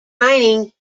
mining